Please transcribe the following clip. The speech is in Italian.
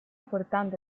portante